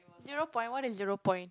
zero point what is zero point